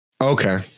Okay